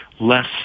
less